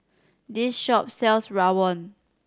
this shop sells rawon